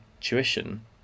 tuition